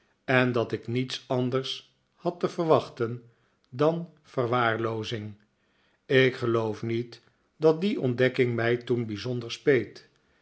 en dat ik niets anders had te verwachten dan verwaarloozing ik geloof niet dat die ontdekking mij toen bijzonder speet